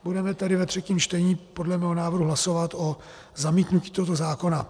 Budeme tedy ve třetím čtení podle mého návrhu hlasovat o zamítnutí tohoto zákona.